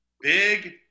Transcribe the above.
big